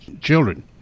children